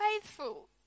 faithful